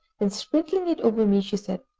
then sprinkling it over me she said,